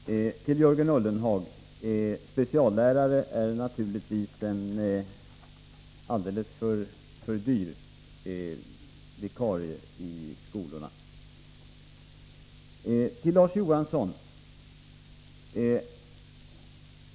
Herr talman! Till Jörgen Ullenhag vill jag säga att speciallärare naturligtvis är alldeles för dyra som vikarier i skolorna. Till Larz Johansson vill jag säga följande.